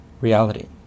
reality